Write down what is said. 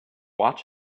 watch